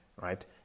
right